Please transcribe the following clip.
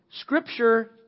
Scripture